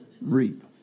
reap